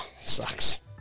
sucks